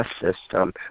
system